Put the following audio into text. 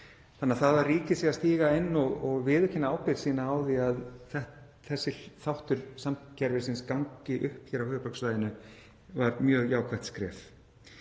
kerfið. Það að ríkið sé að stíga inn og viðurkenna ábyrgð sína á því að þessi þáttur samgöngukerfisins gangi upp hér á höfuðborgarsvæðinu var því mjög jákvætt skref.